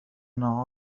أنا